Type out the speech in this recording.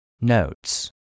Notes